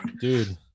Dude